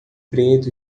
preto